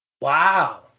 Wow